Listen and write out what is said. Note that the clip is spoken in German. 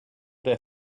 der